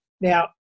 Now